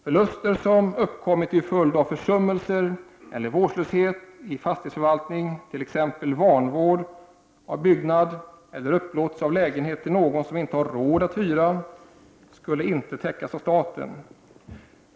Förluster som uppkommit till följd av försummelser eller vårdslöshet i fastighetsförvaltningen, t.ex. vanvård av byggnad eller upplåtelse av lägenhet till någon som inte har råd att hyra den, skulle inte täckas av staten.